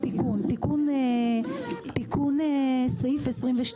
תיקון לסעיף 22,